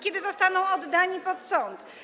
Kiedy zostaną oddani pod sąd?